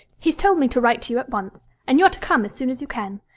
he has told me to write to you at once, and you're to come as soon as you can,